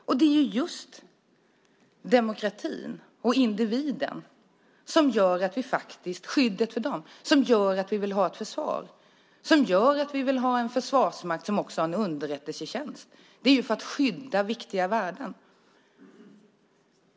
Och det är just skyddet av demokratin och individen som gör att vi faktiskt vill ha ett försvar och som gör att vi vill ha en försvarsmakt som också har en underrättelsetjänst. Det är för att skydda viktiga värden.